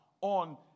on